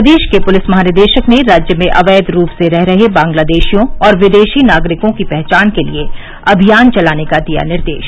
प्रदेश के पुलिस महानिदेशक ने राज्य में अवैध रूप से रह रहे बांग्लादेशियों और विदेशी नागरिकों की पहचान के लिये अभियान चलाने का दिया निर्देश